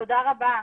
תודה רבה.